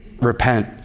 repent